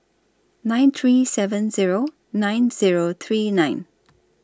nine three seven Zero nine Zero three nine